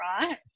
right